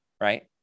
right